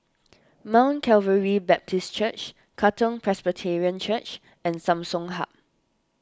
Mount Calvary Baptist Church Katong Presbyterian Church and Samsung Hub